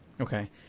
Okay